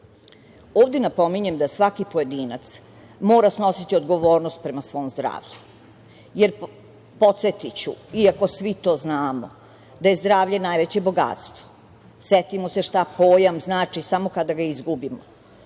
napominjem da svaki pojedinac mora snositi odgovornost prema svom zdravlju, jer podsetiću iako svi to znamo da je zdravlje najveće bogatstvo. Setimo se šta pojam znači samo kada ga izgubimo.